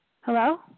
Hello